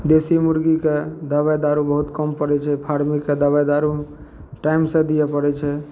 देसी मुरगीके दवाइ दारू बहुत कम पड़ै छै फार्मिन्गके दवाइ दारू टाइमसे दिए पड़ै छै